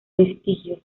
vestigios